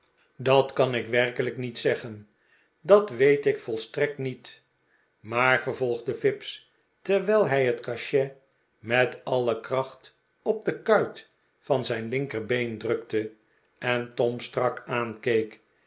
bat kan ik werkelijk niet zeggen dat weet ik volstrekt niet maar vervolgde fips terwijl hij het cachet met alle kracht op de kuit van zijn linkerbeen drukte en tom strak aankeek